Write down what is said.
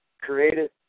created